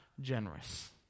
generous